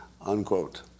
unquote